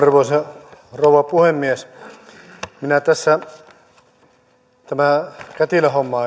arvoisa rouva puhemies tämä kätilöhomma